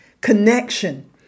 Connection